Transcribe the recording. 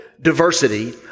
diversity